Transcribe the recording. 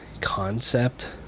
concept